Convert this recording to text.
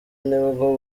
nibwo